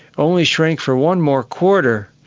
only shrank for one more quarter.